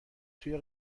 توی